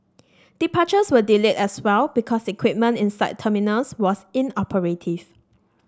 departures were delayed as well because equipment inside terminals was inoperative